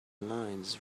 lines